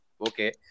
okay